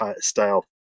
style